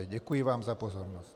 Děkuji vám za pozornost.